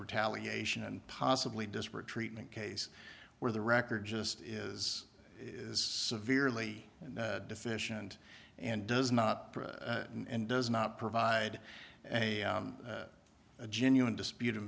retaliation and possibly disparate treatment case where the record just is is severely deficient and does not and does not provide a genuine disput